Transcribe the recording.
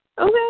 Okay